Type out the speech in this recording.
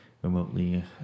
remotely